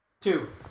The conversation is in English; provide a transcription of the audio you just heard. Two